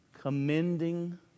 Commending